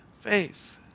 faith